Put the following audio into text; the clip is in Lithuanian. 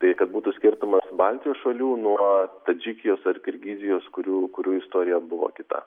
tai kad būtų skirtumas baltijos šalių nuo tadžikijos ar kirgizijos kurių kurių istorija buvo kita